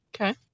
Okay